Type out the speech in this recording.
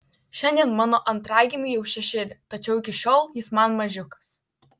šiandien mano antragimiui jau šešeri tačiau iki šiol jis man mažiukas